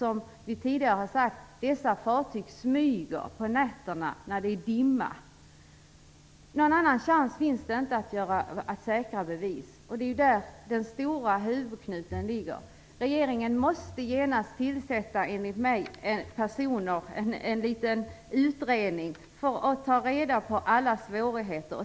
De här fartygen smyger ju, som sagt, fram på nätter då det är dimma. Andra chanser att säkra bevis finns det inte. Det är där som den verkliga huvudknuten finns. Regeringen måste genast, menar jag, tillsätta en liten utredning som får i uppgift att ta reda på allt som är svårt.